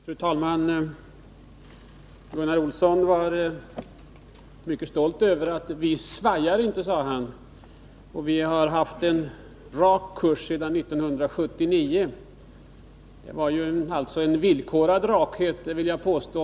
Fru talman! Gunnar Olsson var mycket stolt över den socialdemokratiska kursen. ”Vi svajar inte”, sade han, ”vi har haft en rak kurs sedan 1979.” Det var alltså en villkorad rakhet, vill jag påstå.